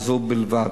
ובה בלבד.